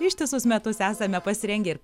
ištisus metus esame pasirengę ir